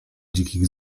dzikich